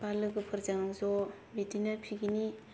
बा लोगोफोरजों ज' बिदिनो पिकनिक